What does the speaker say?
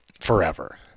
forever